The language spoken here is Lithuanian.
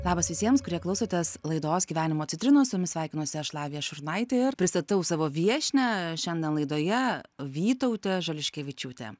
labas visiems kurie klausotės laidos gyvenimo citrinos su jumis sveikinuosi aš lavija šurnaitė ir pristatau savo viešnią šiandien laidoje vytautė žališkevičiūtė